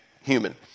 human